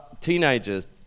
teenagers